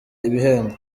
ibihembo